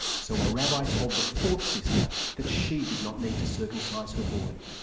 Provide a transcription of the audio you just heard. so a rabbi told the fourth sister that she did not need to circumcise her boy.